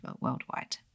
worldwide